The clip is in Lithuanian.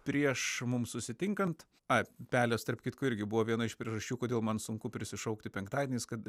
prieš mums susitinkant ai pelės tarp kitko irgi buvo viena iš priežasčių kodėl man sunku prisišaukti penktadienis kad